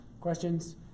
Questions